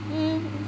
mm